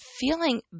feeling